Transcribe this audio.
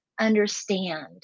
understand